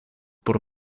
por